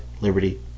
liberty